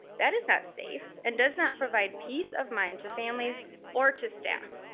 that is not safe and does not provide peace of mind to families or to staff.